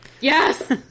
yes